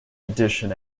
addition